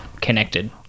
connected